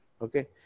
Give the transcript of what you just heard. Okay